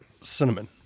cinnamon